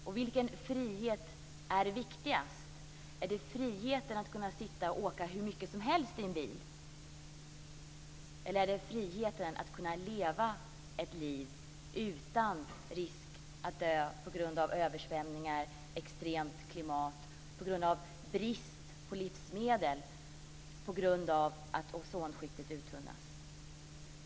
Och vilken frihet är viktigast, är det friheten att kunna åka bil hur mycket som helst eller är det friheten att kunna leva ett liv utan risk för att dö på grund av översvämningar och extremt klimat, på grund av brist på livsmedel eller på grund av att ozonskiktet uttunnas?